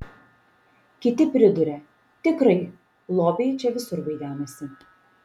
kiti priduria tikrai lobiai čia visur vaidenasi